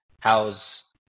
how's